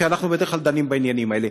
כי בדרך כלל אנחנו דנים בעניינים האלה.